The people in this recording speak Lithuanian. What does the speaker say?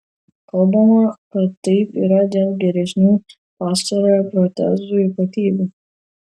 kalbama kad taip yra dėl geresnių pastarojo protezų ypatybių